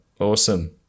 Awesome